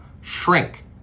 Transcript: shrink